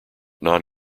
non